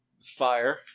Fire